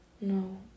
No